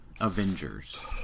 Avengers